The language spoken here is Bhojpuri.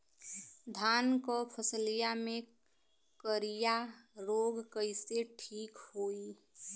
धान क फसलिया मे करईया रोग कईसे ठीक होई?